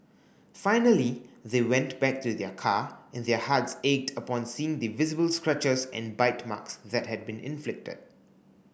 finally they went back to their car and their hearts ached upon seeing the visible scratches and bite marks that had been inflicted